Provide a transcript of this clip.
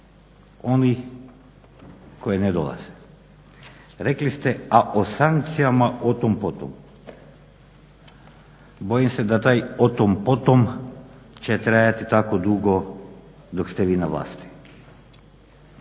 onih koji ne dolaze. Rekli ste, a o sankcijama o tom, po tom. Bojim se da taj o tom, po tom će trajati tako dugo dok ste vi na vlasti.